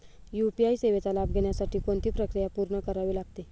UPI सेवेचा लाभ घेण्यासाठी कोणती प्रक्रिया पूर्ण करावी लागते?